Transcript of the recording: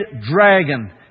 dragon